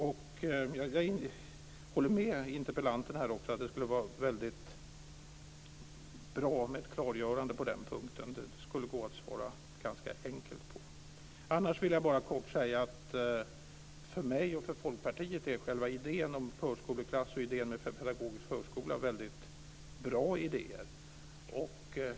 Jag håller med interpellanten att det skulle vara bra med ett klargörande på den punkten. Det går att ge ett enkelt svar. Annars vill jag bara kort säga att för mig och Folkpartiet är själva idén med förskoleklass och pedagogisk förskola väldigt bra.